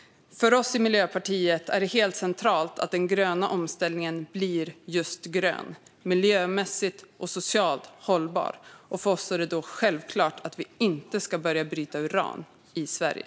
För oss i Miljöpartiet är det helt centralt att den gröna omställningen blir just grön och miljömässigt och socialt hållbar. För oss är det därför självklart att det inte ska börja brytas uran i Sverige.